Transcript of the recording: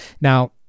Now